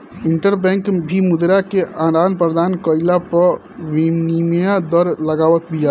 interbank भी मुद्रा के आदान प्रदान कईला पअ विनिमय दर लगावत बिया